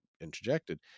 interjected